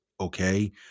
okay